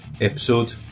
episode